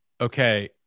Okay